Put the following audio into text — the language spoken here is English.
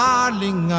Darling